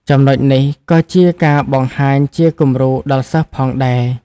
ចំណុចនេះក៏ជាការបង្ហាញជាគំរូដល់សិស្សផងដែរ។